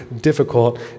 difficult